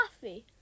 coffee